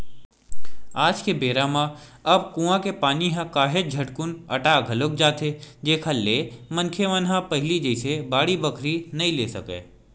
आज के बेरा म अब कुँआ के पानी ह काहेच झटकुन अटा घलोक जाथे जेखर ले मनखे मन ह पहिली जइसे बाड़ी बखरी नइ ले सकय